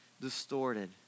distorted